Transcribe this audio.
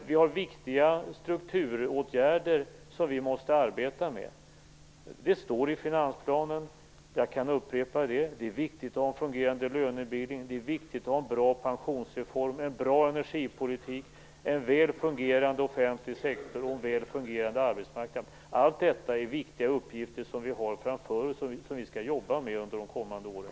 Vi har viktiga strukturåtgärder som vi måste arbeta med. Det står i finansplanen, och jag kan upprepa det. Det är viktigt att ha en fungerande lönebildning, en bra pensionsreform, en bra energipolitik, en väl fungerande offentlig sektor och en väl fungerande arbetsmarknad. Allt detta är viktiga uppgifter som vi har framför oss och som vi skall jobba med under de kommande åren.